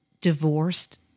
divorced